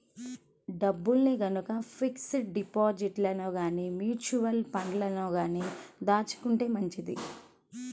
డబ్బుల్ని గనక ఫిక్స్డ్ డిపాజిట్లలో గానీ, మ్యూచువల్ ఫండ్లలో గానీ దాచుకుంటే మంచిది